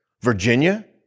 Virginia